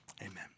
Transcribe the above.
amen